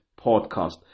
podcast